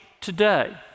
today